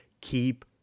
Keep